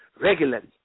regularly